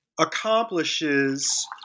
accomplishes